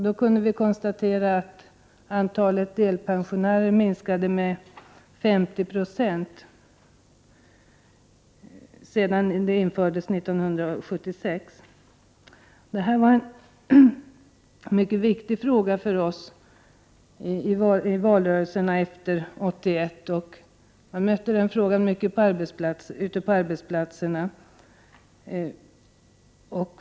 Då kunde vi konstatera att antalet delpensionärer minskade med 50 96. Delpensionsförsäkringen infördes 1976. Detta var en mycket viktig fråga för oss i valrörelserna efter 1981; den togs ofta upp när jag var ute på arbetsplatserna.